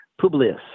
Publius